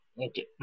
Okay